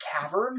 cavern